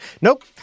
Nope